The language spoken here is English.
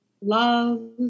love